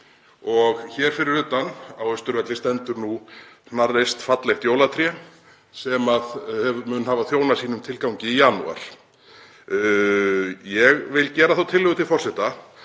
og hér fyrir utan á Austurvelli stendur nú hnarreist fallegt jólatré sem mun hafa þjónað sínum tilgangi í janúar. Ég vil gera þá tillögu til forseta